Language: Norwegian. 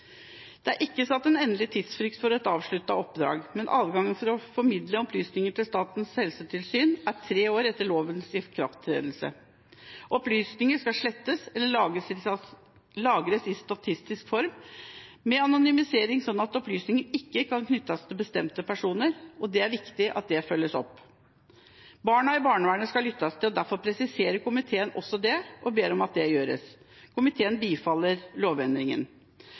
Det er ikke satt en endelig tidsfrist for et avsluttet oppdrag, men adgangen til å formidle opplysninger til Statens helsetilsyn er tre år etter lovens ikrafttredelse. Opplysninger skal slettes eller lagres i statistisk form, med anonymisering, slik at opplysningene ikke kan knyttes til bestemte personer, og det er viktig at det følges opp. Barna i barnevernet skal lyttes til. Derfor presiserer komiteen også det, og ber om at det gjøres. Komiteen bifaller lovendringen.